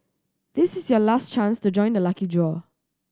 this is your last chance to join the lucky draw